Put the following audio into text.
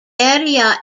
area